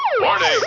Warning